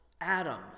Adam